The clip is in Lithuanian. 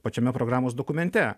pačiame programos dokumente